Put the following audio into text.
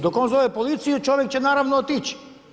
Dok on zove policiju čovjek će naravno otić.